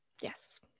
yes